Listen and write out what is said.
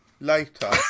Later